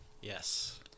Yes